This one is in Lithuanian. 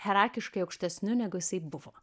herarkiškai aukštesniu negu jisai buvo